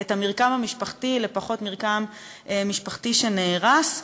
את המרקם המשפחתי לפחות מרקם משפחתי שנהרס.